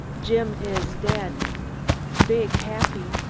jim is dead big, happy,